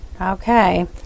Okay